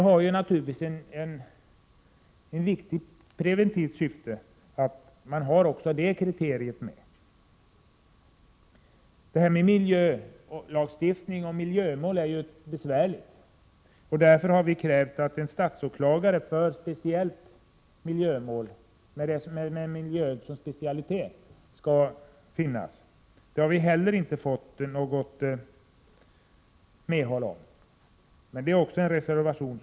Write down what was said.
I preventivt syfte är det dock viktigt att det kriteriet finns med. Miljölagstiftningen och miljömålen är besvärliga områden. Därför kräver vi att det skall finnas en statsåklagare, vars specialområde är miljömål. Men inte heller på den punkten håller man med oss om det vi säger i vår reservation.